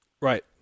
Right